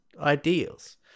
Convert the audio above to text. ideals